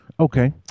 Okay